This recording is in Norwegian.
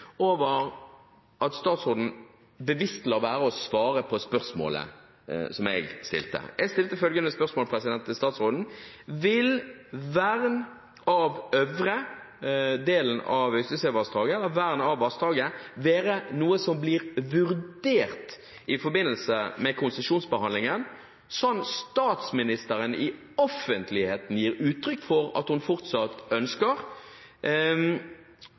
over at statsråden bevisst lar være å svare på spørsmålet som jeg stilte. Jeg stilte følgende spørsmål til statsråden: Vil vern av øvre del av Øystesevassdraget være noe som blir vurdert i forbindelse med konsesjonsbehandlingen, som statsministeren i offentlighet gir uttrykk for at hun fortsatt ønsker,